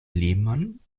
lehmann